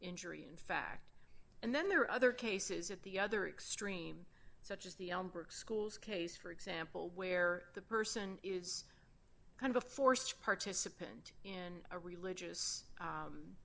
injury in fact and then there are other cases at the other extreme such as the brick school's case for example where the person is kind of a forced participant in a religious